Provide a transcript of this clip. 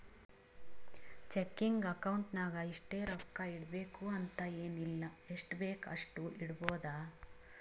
checking account ನಾಗ್ ಇಷ್ಟೇ ರೊಕ್ಕಾ ಇಡಬೇಕು ಅಂತ ಎನ್ ಇಲ್ಲ ಎಷ್ಟಬೇಕ್ ಅಷ್ಟು ಇಡ್ಬೋದ್